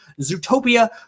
Zootopia